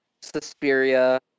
Suspiria